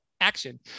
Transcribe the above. action